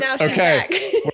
okay